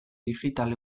digital